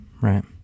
right